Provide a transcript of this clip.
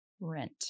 rent